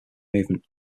movement